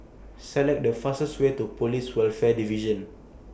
Select The fastest Way to Police Welfare Division